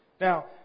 Now